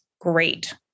great